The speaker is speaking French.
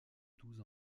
douze